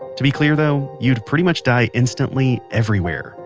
to be clear though, you'd pretty much die instantly everywhere,